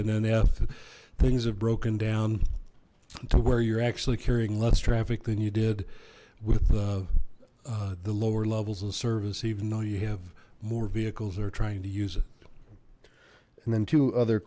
and then f things are broken down to where you're actually carrying less traffic than you did with the lower levels of service even though you have more vehicles they're trying to use it and then two other